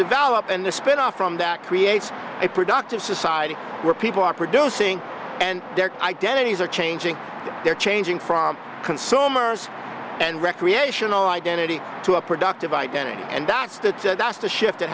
develop and the spin off from that creates a productive society where people are producing and their identities are changing they're changing from consumers and recreational identity to a productive identity and that's that that's the shift ha